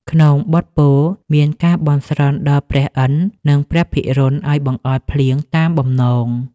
ក្នុងបទពោល មានការបន់ស្រន់ដល់ព្រះឥន្ទ្រ និងព្រះភិរុណឱ្យបង្អុរភ្លៀងតាមបំណង។